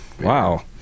Wow